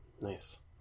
nice